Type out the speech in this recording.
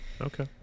Okay